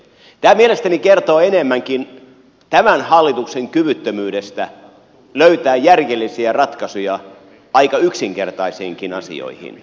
tämä mielestäni kertoo enemmänkin tämän hallituksen kyvyttömyydestä löytää järjellisiä ratkaisuja aika yksinkertaisiinkin asioihin